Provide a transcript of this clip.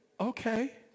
Okay